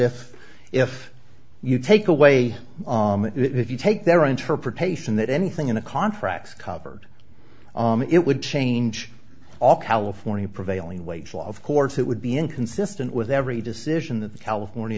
if if you take away if you take their interpretation that anything in a contract covered it would change all california prevailing wage law of course it would be inconsistent with every decision that the california